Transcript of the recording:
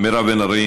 מירב בן ארי,